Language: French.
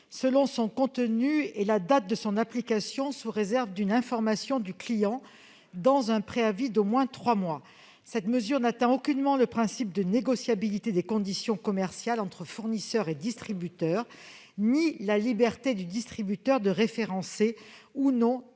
selon son contenu et la date de son application, sous réserve d'une information du client dans un préavis d'au moins trois mois. Cette mesure n'atteint aucunement le principe de négociabilité des conditions commerciales entre fournisseur et distributeur ni la liberté du distributeur de référencer ou non